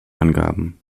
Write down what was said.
angaben